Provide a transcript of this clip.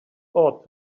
ought